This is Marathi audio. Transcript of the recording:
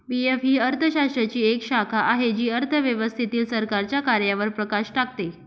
पी.एफ ही अर्थशास्त्राची एक शाखा आहे जी अर्थव्यवस्थेतील सरकारच्या कार्यांवर प्रकाश टाकते